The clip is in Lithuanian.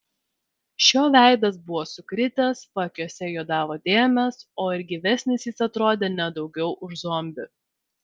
šio veidas buvo sukritęs paakiuose juodavo dėmės o ir gyvesnis jis atrodė ne daugiau už zombį